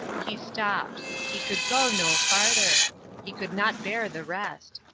he stopped. he could go no farther he could not bear the rest.